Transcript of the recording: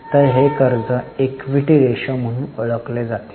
तर हे कर्ज ईक्विटी रेशो म्हणून ओळखले जाते